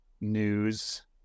news